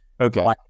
Okay